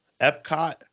Epcot